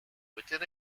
within